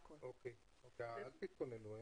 אל תתכוננו.